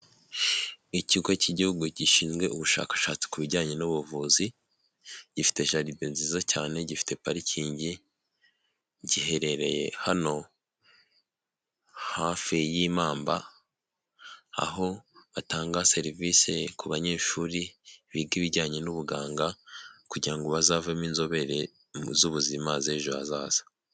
Ikigo cy'igihugu gishinzwe ubushakashatsi ku bijyanye n'ubuvuzi, gifite jaride nziza cyane, gifite parikingi, giherereye hano hafi y'Impamba, aho batanga serivisi ku banyeshuri biga ibijyanye n'ubuganga kugira ngo bazavemo inzobere mu z'ubuzima z'ejo hazaza